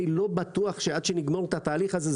אני לא בטוח שעד שנגמור את התהליך הזה,